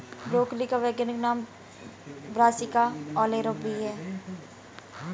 broccoli का वैज्ञानिक नाम ब्रासिका ओलेरा भी है